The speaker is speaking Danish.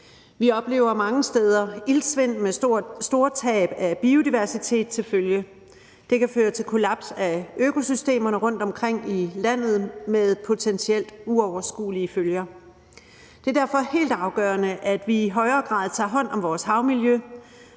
Vi oplever mange steder iltsvind med store tab af biodiversitet til følge. Det kan føre til kollaps af økosystemerne rundtomkring i landet med potentielt uoverskuelige følger. Det er derfor helt afgørende, at vi i højere grad tager hånd om vores havmiljø